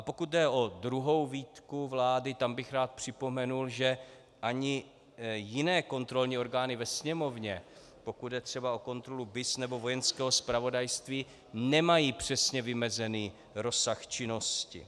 Pokud jde o druhou výtku vlády, tam bych rád připomněl, že ani jiné kontrolní orgány ve Sněmovně, pokud jde třeba o kontrolu BIS nebo Vojenského zpravodajství, nemají přesně vymezený rozsah činnosti.